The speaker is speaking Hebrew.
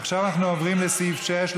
עכשיו אנחנו עוברים לסעיף 6,